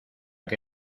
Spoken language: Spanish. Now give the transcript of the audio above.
que